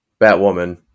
Batwoman